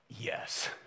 Yes